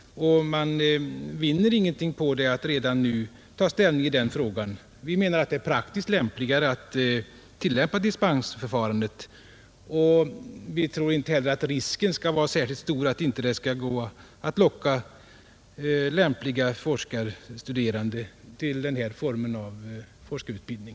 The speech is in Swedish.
Man vinner ingenting på att redan nu ta ställning i den frågan. Vi menar att det är mera praktiskt att tillämpa dispensförfarandet. Vi tror inte heller att risken skulle vara särskilt stor för att det inte skulle gå att locka lämpliga forskarstuderande till denna form av forskarutbildning.